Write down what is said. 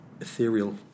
ethereal